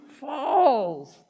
falls